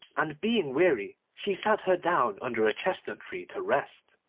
and being weary she sat her down under a chestnut-tree to rest.